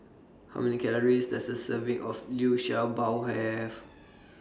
How Many Calories Does A Serving of Liu Sha Bao Have